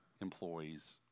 employees